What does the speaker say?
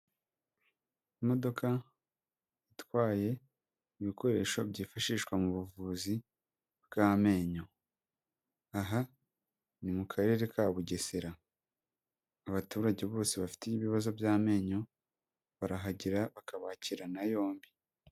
Imodoka itwaye ibikoresho byifashishwa mu buvuzi bw'amenyo. Aha ni mu Karere ka Bugesera. Abaturage bose bafite ibibazo by'amenyo barahagera bakabakirana yombi.